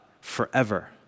forever